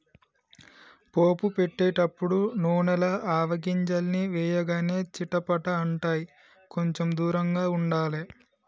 పోపు పెట్టేటపుడు నూనెల ఆవగింజల్ని వేయగానే చిటపట అంటాయ్, కొంచెం దూరంగా ఉండాలే